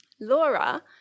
Laura